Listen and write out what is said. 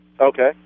Okay